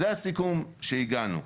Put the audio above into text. וזה הסיכום שהגענו.